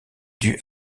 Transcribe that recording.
due